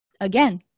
Again